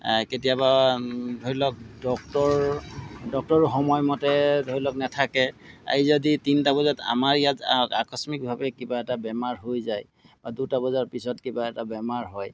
কেতিয়াবা ধৰি লওক ডক্টৰ ডক্টৰো সময়মতে ধৰি লওক নেথাকে আজি যদি তিনিটা বজাত আমাৰ ইয়াত আ আকস্মিকভাৱে কিবা এটা বেমাৰ হৈ যায় বা দুটা বজাৰ পিছত কিবা এটা বেমাৰ হয়